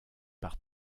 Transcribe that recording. par